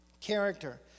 Character